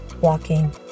walking